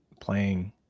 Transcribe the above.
playing